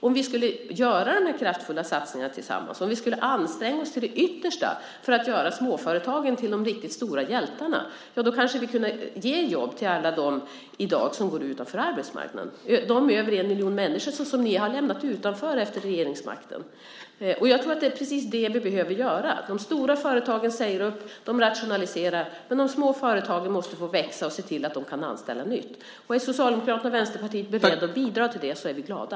Om vi skulle göra dessa kraftfulla satsningar tillsammans, om vi skulle anstränga oss till det yttersta för att göra småföretagen till de riktigt stora hjältarna, ja, då kanske vi kunde ge jobb till alla som i dag står utanför arbetsmarknaden, de över en miljon människor som ni har lämnat utanför efter er period vid regeringsmakten. Jag tror att det är precis det vi behöver göra. De stora företagen säger upp och rationaliserar, men de små företagen måste få växa och kunna nyanställa. Är Socialdemokraterna och Vänsterpartiet beredda att bidra till det är vi glada.